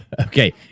Okay